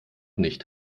nicht